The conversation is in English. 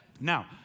Now